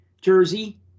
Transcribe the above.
jersey